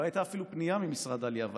לא הייתה אפילו פנייה ממשרד העלייה והקליטה.